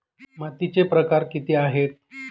मातीचे प्रकार किती आहेत?